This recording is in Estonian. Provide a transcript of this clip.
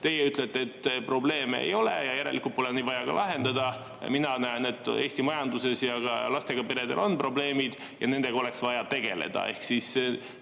Teie ütlete, et probleeme ei ole ja järelikult pole neid vaja ka lahendada. Mina näen, et Eesti majanduses ja ka lastega peredel on probleemid ja nendega oleks vaja tegeleda. Need